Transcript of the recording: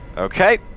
Okay